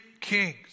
kings